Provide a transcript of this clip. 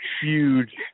huge